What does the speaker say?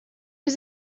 was